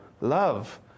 love